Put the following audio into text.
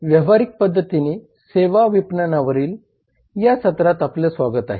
व्यावहारिक पद्धतीने सेवा विपणनावरील या सत्रात आपले स्वागत आहे